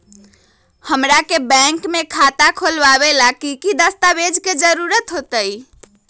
हमरा के बैंक में खाता खोलबाबे ला की की दस्तावेज के जरूरत होतई?